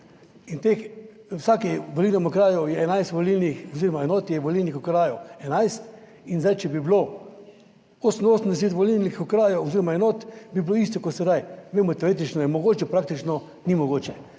v vsakem volilnem okraju je 11 volilnih, oziroma enot je volilnih okrajev 11. In zdaj, če bi bilo 88 volilnih okrajev oziroma enot, bi bilo isto kot sedaj. / nerazumljivo/ teoretično je mogoče, praktično ni mogoče.